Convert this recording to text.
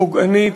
פוגענית,